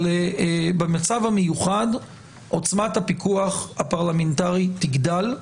אבל במצב המיוחד עוצמת הפיקוח הפרלמנטרי תגדל.